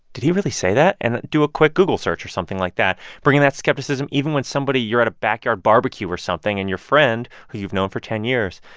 did he really say that? and do a quick google search or something like that bringing that skepticism even when somebody you're at a backyard barbecue or something and your friend, who you've known for ten years,